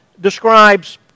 describes